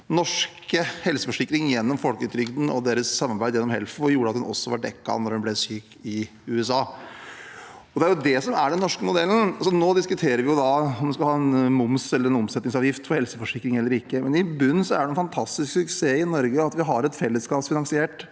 norske helseforsikring gjennom folketrygden og deres samarbeid gjennom Helfo gjorde at han var dekket da han ble syk i USA. Det er det som er den norske modellen. Nå diskuterer vi om vi skal ha moms eller en omsetningsavgift på helseforsikring eller ikke, men i bunnen er det en fantastisk suksess i Norge at vi har et fellesskapsfinansiert